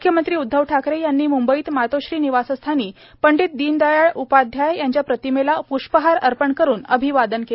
मुख्यमंत्री उद्वव ठाकरे यांनी मुंबईत मातोश्री निवासस्थानी पंडित दीनदयाळ उपाध्याय यांच्या प्रतिमेला प्ष्पहार अर्पण करून अभिवादन केलं